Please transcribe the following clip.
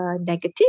negative